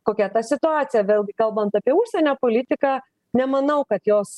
kokia ta situacija vėlgi kalbant apie užsienio politiką nemanau kad jos